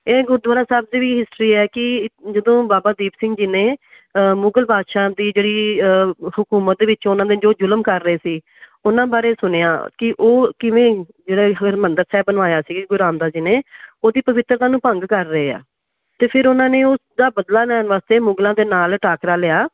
ਇਹ ਗੁਰਦੁਆਰਾ ਸਾਹਿਬ ਦੀ ਵੀ ਹਿਸਟਰੀ ਹੈ ਕਿ ਜਦੋਂ ਬਾਬਾ ਦੀਪ ਸਿੰਘ ਜੀ ਨੇ ਮੁਗਲ ਬਾਦਸ਼ਾਹ ਦੀ ਜਿਹੜੀ ਹਕੂਮਤ ਦੇ ਵਿੱਚੋਂ ਉਹਨਾਂ ਨੇ ਜੋ ਜ਼ੁਲਮ ਕਰ ਰਹੇ ਸੀ ਉਹਨਾਂ ਬਾਰੇ ਸੁਣਿਆ ਕਿ ਉਹ ਕਿਵੇਂ ਜਿਹੜਾ ਹਰਿਮੰਦਰ ਸਾਹਿਬ ਬਣਵਾਇਆ ਸੀ ਗੁਰੂ ਰਾਮਦਾਸ ਜੀ ਨੇ ਉਹਦੀ ਪਵਿੱਤਰਤਾ ਨੂੰ ਭੰਗ ਕਰ ਰਹੇ ਆ ਤਾਂ ਫਿਰ ਉਹਨਾਂ ਨੇ ਉਸ ਦਾ ਬਦਲਾ ਲੈਣ ਵਾਸਤੇ ਮੁਗਲਾਂ ਦੇ ਨਾਲ ਟਾਕਰਾ ਲਿਆ